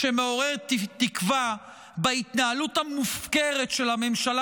שמעורר תקווה בהתנהלות המופקרת של הממשלה